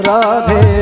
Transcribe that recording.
Radhe